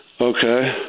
Okay